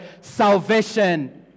salvation